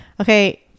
Okay